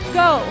go